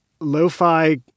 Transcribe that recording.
lo-fi